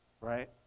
right